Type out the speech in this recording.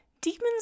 Demons